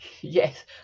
Yes